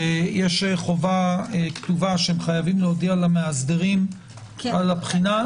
יש חובה כתובה שהם חייבים להודיע למאסדרים על הבחינה.